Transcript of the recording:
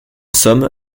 somme